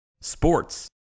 Sports